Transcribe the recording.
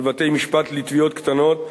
בבתי-משפט לתביעות קטנות,